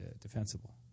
defensible